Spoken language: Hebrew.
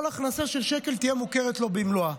כל ההכנסה של השקל תהיה מוכרת לו במלואה.